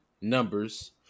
numbers